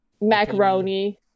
macaroni